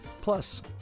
Plus